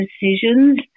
decisions